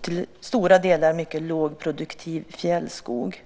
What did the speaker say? Till stora delar är det mycket lågproduktiv fjällskog.